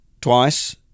twice